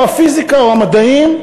או הפיזיקה או המדעים,